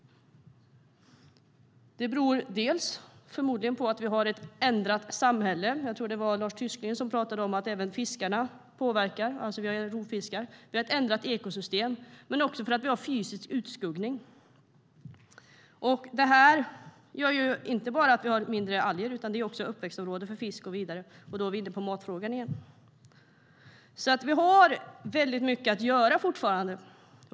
Det beror förmodligen bland annat på att vi har ett ändrat samhälle; jag tror att det var Lars Tysklind som talade om att även rovfiskarna påverkar. Vi har alltså ett ändrat ekosystem, men vi har också fysisk utskuggning. Det gör inte bara att vi har mindre alger, utan det rör även uppväxtområden för fisk och så vidare. Då är vi inne på matfrågan igen. Vi har alltså väldigt mycket att göra fortfarande.